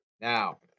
Now